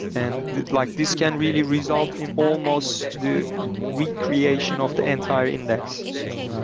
and like these can really result in almost the recreation of the entire index. so, yeah,